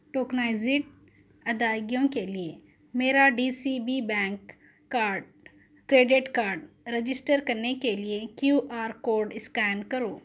tokenized ادائیگیوں کے لیے میرا D C B bank card credit card register کرنے کے لیے کیو آر کوڈ اسکین کرو